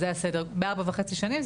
בארבע וחצי שנים.